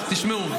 תשמעו,